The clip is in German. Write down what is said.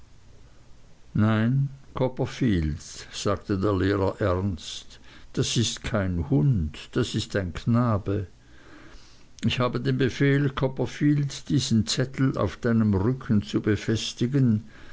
nein copperfield sagte der lehrer ernst das ist kein hund das ist ein knabe ich habe den befehl copperfield diesen zettel auf deinem rücken zu befestigen